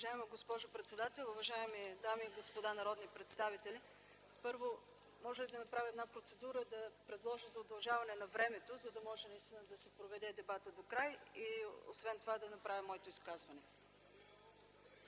Уважаема госпожо председател, уважаеми дами и господа народни представители! Първо, да направя една процедура за удължаване на времето, за да може наистина да се проведе дебатът докрай. И освен това, да направя моето изказване.